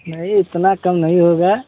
नहीं इतना कम नहीं होगा